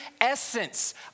essence